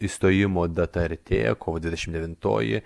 išstojimo data artėja kovo dvidešimt devintoji